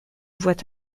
voit